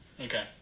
okay